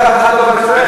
זה ברור,